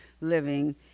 living